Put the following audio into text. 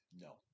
No